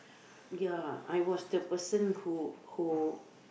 ya I was the person who who